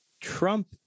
Trump